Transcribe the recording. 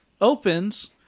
opens